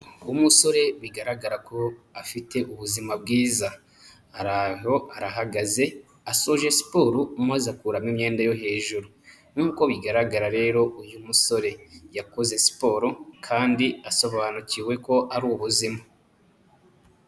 Nk'umusore bigaragara ko afite ubuzima bwiza, araho arahagaze, asoje siporo maze akuramo imyenda yo hejuru. Nk'uko bigaragara rero, uyu musore yakoze siporo kandi asobanukiwe ko ari ubuzima.